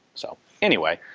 so anyway,